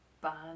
ban